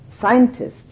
scientists